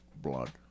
Blood